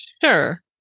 Sure